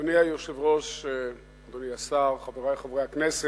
אדוני היושב-ראש, אדוני השר, חברי חברי הכנסת,